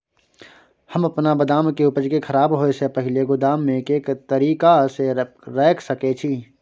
हम अपन बदाम के उपज के खराब होय से पहिल गोदाम में के तरीका से रैख सके छी?